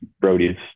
Brody's